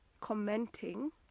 commenting